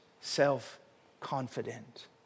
self-confident